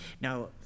Now